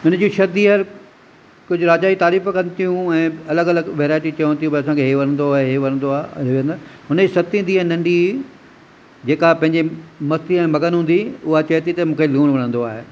हुनजी छह धीअरूं कुझु राजा जी तारीफ़ कनि थियूं ऐं अलॻि अलॻि वैराइटी चवनि थियूं भई असांखे हीअ वणंदो आहे हीअ वणंदो आहे हीअ न हुनजी सती धीअ नंढी जेका पंहिंजे मस्तीअ में मगनु हूंदी हुई उहा चवे थी त मूंखे लूण वणंदो आहे